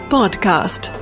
Podcast